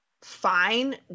fine